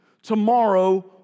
tomorrow